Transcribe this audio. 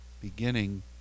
beginning